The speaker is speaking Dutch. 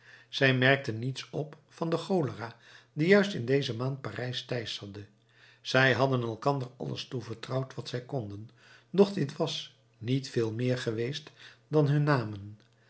zij merkten niets op van de cholera die juist in deze maand parijs teisterde zij hadden elkander alles toevertrouwd wat zij konden doch dit was niet veel meer geweest dan hun namen